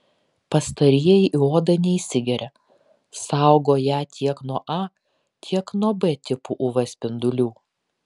pastarieji į odą neįsigeria saugo ją tiek nuo a tiek nuo b tipų uv spindulių